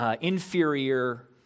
inferior